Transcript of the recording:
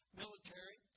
military